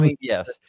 Yes